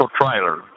trailer